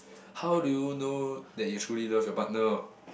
how do you know that you truly love your partner ah